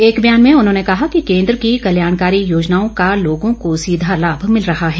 एक बयान में उन्होंने कहा कि केन्द्र की कल्याणकारी योजनाओं का लोगों को सीधा लाभ मिल रहा है